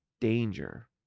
danger